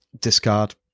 discard